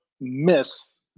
miss